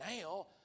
now